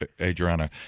Adriana